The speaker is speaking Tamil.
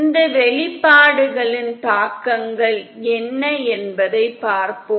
இந்த வெளிப்பாடுகளின் தாக்கங்கள் என்ன என்பதைப் பார்ப்போம்